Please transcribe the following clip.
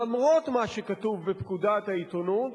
למרות מה שכתוב בפקודת העיתונות,